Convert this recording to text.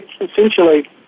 essentially